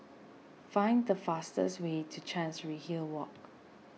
find the fastest way to Chancery Hill Walk